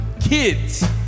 kids